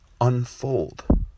unfold